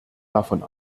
davon